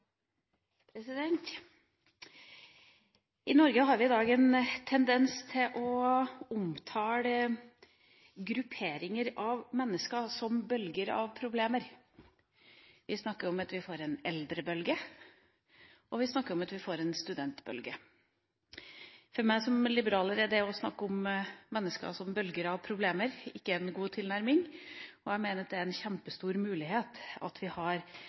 behovet. I Norge har vi i dag en tendens til å omtale grupperinger av mennesker som bølger av problemer. Vi snakker om at vi får en eldrebølge, og vi snakker om at vi får en studentbølge. For meg som liberaler er det å snakke om mennesker som bølger av problemer ikke noen god tilnærming. Jeg mener at det er en kjempestor mulighet at vi har